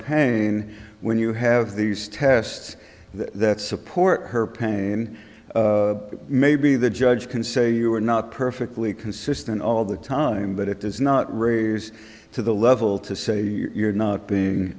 pain when you have these tests that support her pain maybe the judge can say you are not perfectly consistent all the time but it does not raise to the level to say you're not being